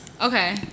Okay